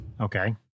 Okay